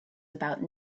about